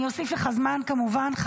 אני אוסיף לך זמן, כמובן.